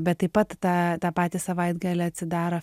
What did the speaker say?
bet taip pat tą tą patį savaitgalį atsidaro